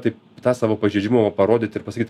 taip tą savo pažeidžiamumą parodyt ir pasakyt